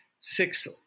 six